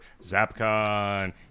zapcon